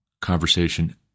conversation